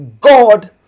God